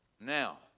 Now